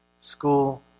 School